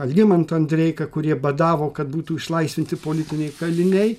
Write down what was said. algimantą andreiką kurie badavo kad būtų išlaisvinti politiniai kaliniai